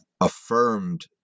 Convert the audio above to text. affirmed